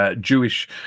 Jewish